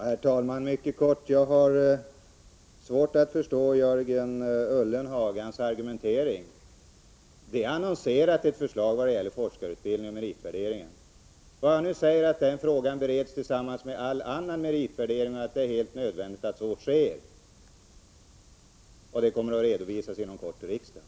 Herr talman! Jag vill mycket kortfattat säga att jag har svårt att förstå Jörgen Ullenhags argumentering. Ett förslag om meritvärderingen när det gäller forskarutbildningen är aviserat. Det jag nu säger är att den frågan bereds tillsammans med all annan meritvärdering och att det är helt nödvändigt att så sker. Frågan kommer inom kort att redovisas för riksdagen.